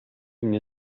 мне